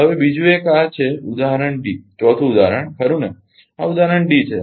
હવે બીજું એક આ છે ઉદાહરણ D ચોથું ઉદાહરણ ખરુ ને આ ઉદાહરણ D છે